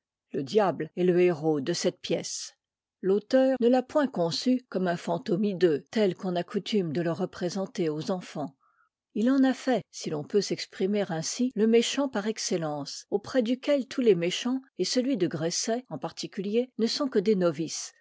le diable est le héros de cette pièce l'auteur ne l'a point conçu comme un fantôme hideux tel qu'on a coutume de le représenter aux enfants il en a fait si l'on peut s'exprimer ainsi le méchant par excellence auprès duquel tous les méchants et celui de gresset en particulier ne sont que des novices